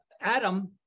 Adam